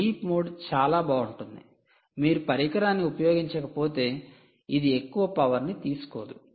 sleep mode చాలా బాగుంటుంది మీరు పరికరాన్ని ఉపయోగించకపోతే అది ఎక్కువ పవర్ ని తీసుకోదు